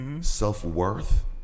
self-worth